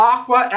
Aqua